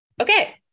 Okay